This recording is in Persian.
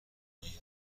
علمی